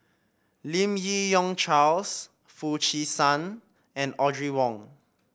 Lim Yi Yong Charles Foo Chee San and Audrey Wong